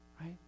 right